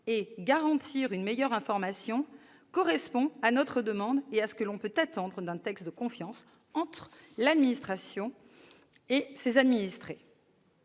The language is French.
et à garantir une meilleure information correspond à notre demande et à ce que l'on peut attendre d'un texte de confiance entre la société et son administration.